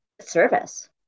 service